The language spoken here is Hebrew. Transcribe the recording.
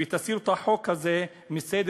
ותסירו את החוק הזה מסדר-היום,